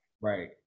right